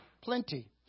plenty